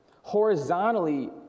Horizontally